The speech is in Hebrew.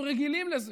אנחנו רגילים לזה.